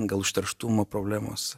gal užterštumo problemos